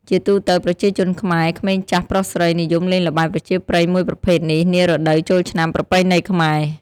ជាទូទៅប្រជាជនខ្មែរ ក្មេងចាស់ ប្រុសស្រី និយមលេងល្បែងប្រជាប្រិយមួយប្រភេទនេះ នារដូវចូលឆ្នាំប្រពៃណីខ្មែរ។